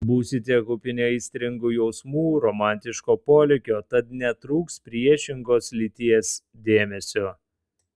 būsite kupini aistringų jausmų romantiško polėkio tad netrūks priešingos lyties dėmesio